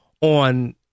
on